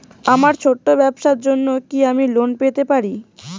আমার ছোট্ট ব্যাবসার জন্য কি আমি লোন পেতে পারি?